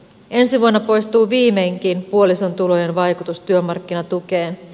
ensi vuonna poistuu viimeinkin puolison tulojen vaikutus työmarkkinatukeen